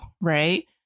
right